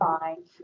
Fine